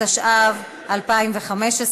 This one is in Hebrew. התשע"ו 2015,